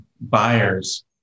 buyers